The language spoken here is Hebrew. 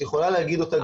את יכולה להגיד אותה,